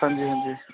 ਹਾਂਜੀ ਹਾਂਜੀ